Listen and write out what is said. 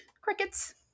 Crickets